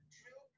two